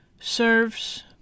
serves